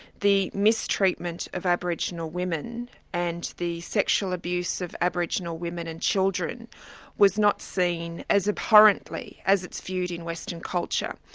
the mistreatment of aboriginal women and the sexual abuse of aboriginal women and children was not seen as abhorrently as it's viewed in western culture.